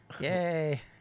Yay